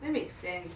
that make sense